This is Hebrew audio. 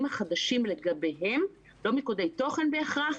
החדשים לגביהן לא מיקודי תוכן בהכרח,